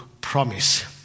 promise